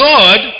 God